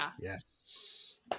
yes